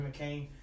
McCain